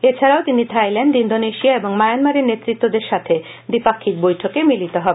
এছাড়াও তিনি Thailand Indonesia এবং মায়ানমারের নেতৃত্বদের সাথে দ্বিপাঞ্ফিক বৈঠকে মিলিত হবেন